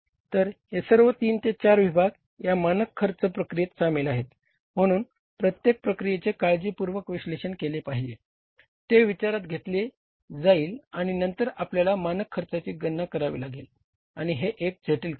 तर हे सर्व तीन ते चार विभाग या मानक खर्च प्रक्रियेत सामील आहेत म्हणून प्रत्येक प्रक्रियेचे काळजीपूर्वक विश्लेषण केले पाहिजे ते विचारात घेतले जाईल आणि नंतर आपल्याला मानक खर्चाची गणना करावी लागेल आणि हे एक जटिल काम आहे